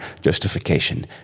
justification